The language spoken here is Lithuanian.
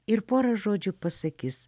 ir porą žodžių pasakys